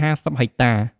០ ហិចតា។